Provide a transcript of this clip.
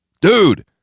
Dude